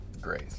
grace